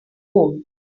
old